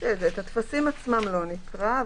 את הטפסים עצמם לא נקרא,